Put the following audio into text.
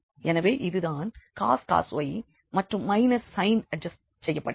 எனவே இது தான் cos y மற்றும் மைனஸ் சைன் அட்ஜஸ்ட் செய்யப்பட்டது